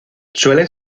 suelen